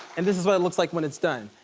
and this is what it looks like when it's done,